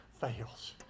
fails